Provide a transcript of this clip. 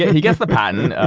yeah he gets the patent, and